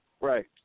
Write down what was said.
Right